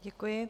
Děkuji.